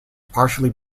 partially